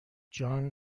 جان